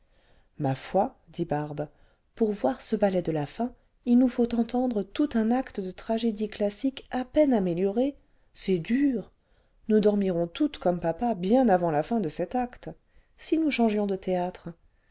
ma foi dit barbe pour voir ce ballet de la fin il nous faut entendre tout un acte de tragédie classique à peine améliorée c'est dur nous dormirons toutes comme papa bien avant la fin de cet acte si nous changions de théâtre